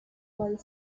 while